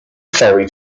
ferry